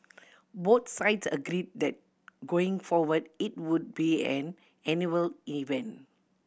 both sides agreed that going forward it would be an annual event